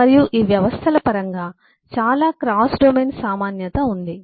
మరియు ఈ వ్యవస్థల పరంగా చాలా క్రాస్ డొమైన్ సామాన్యత ఉంది